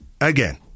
again